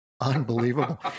unbelievable